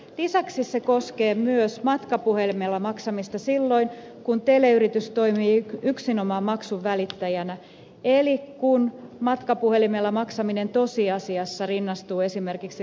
lisäksi se koskee myös matkapuhelimella maksamista silloin kun teleyritys toimii yksinomaan maksun välittäjänä eli kun matkapuhelimella maksaminen tosiasiassa rinnastuu esimerkiksi luottokortilla maksamiseen